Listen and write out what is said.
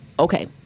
Okay